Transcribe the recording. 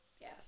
yes